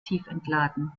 tiefentladen